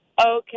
Okay